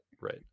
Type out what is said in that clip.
right